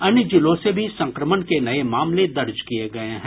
अन्य जिलों से भी संक्रमण के नये मामले दर्ज किये गये हैं